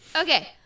okay